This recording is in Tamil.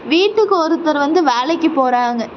வீட்டுக்கு ஒருத்தர் வந்து வேலைக்கு போகறாங்க